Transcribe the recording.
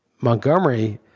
Montgomery